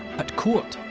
at court,